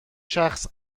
شخص